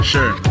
Sure